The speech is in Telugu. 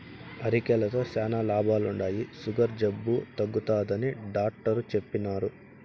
అరికెలతో శానా లాభాలుండాయి, సుగర్ జబ్బు తగ్గుతాదని డాట్టరు చెప్పిన్నారు